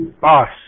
boss